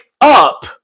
up